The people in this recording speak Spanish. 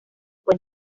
fue